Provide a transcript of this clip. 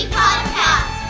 podcast